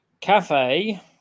Cafe